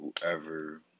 whoever